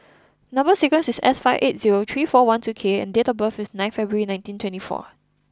number sequence is S five eight zero three four one two K and date of birth is nine February nineteen twenty four